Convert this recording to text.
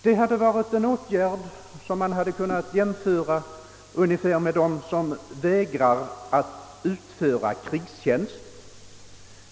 Det hade varit en åtgärd som skulle kunnat sägas ha samma effekt som vägran att utföra krigstjänst.